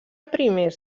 primers